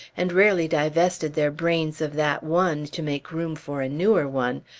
and rarely divested their brains of that one to make room for a newer one,